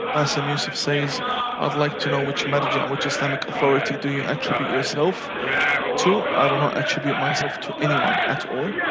bassam youssef says i'd like to know which marja or which islamic authority do you attribute yourself to? i do not attribute myself to anyone, at all.